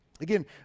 Again